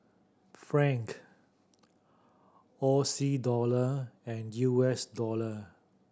Franc O C Dollar and U S Dollar